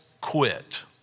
quit